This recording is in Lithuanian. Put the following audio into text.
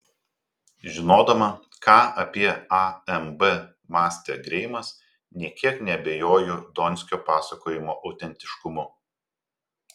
žinodama ką apie amb mąstė greimas nė kiek neabejoju donskio pasakojimo autentiškumu